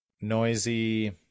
noisy